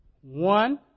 One